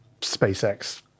SpaceX